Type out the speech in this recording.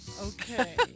Okay